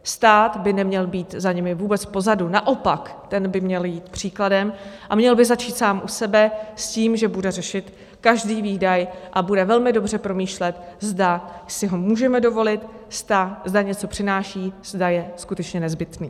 Stát by neměl být za nimi vůbec pozadu, naopak ten by měl jít příkladem a měl by začít sám u sebe s tím, že bude řešit každý výdaj a bude velmi dobře promýšlet, zda si ho můžeme dovolit, zda něco přináší, zda je skutečně nezbytný.